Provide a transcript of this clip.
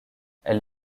elle